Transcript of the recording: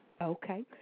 Okay